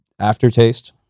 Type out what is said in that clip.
aftertaste